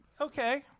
Okay